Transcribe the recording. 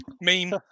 meme